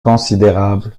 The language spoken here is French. considérable